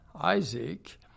Isaac